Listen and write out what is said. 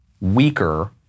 weaker